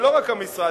ולא רק המשרד,